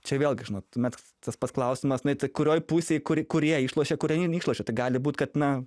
čia vėlgi žinot tuomet tas pats klausimas na tai kurioj pusėj kur kurie išlošia kurie neišlošia tai gali būt kad na